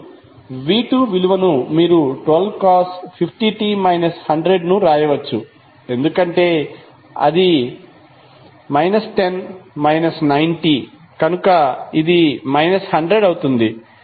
ఇప్పుడు v2 విలువను మీరు 12cos ను వ్రాయవచ్చు ఎందుకంటే అది 10 90 కనుక ఇది 100 అవుతుంది